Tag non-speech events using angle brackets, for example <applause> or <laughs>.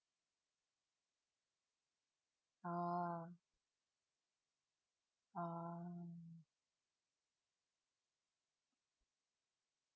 ah ah <laughs>